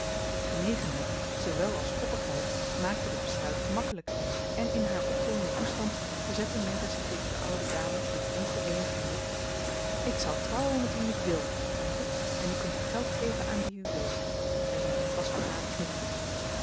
genegenheid zoowel als koppigheid maakte dit besluit gemakkelijk en in haar opgewonden toestand verzette meta zich tegen de oude dame met ongewoon vuur ik zal trouwen met wien ik wil tante en u kunt uw geld geven aan wie u wilt zei ze met een vastberaden knikje